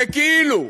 כאילו,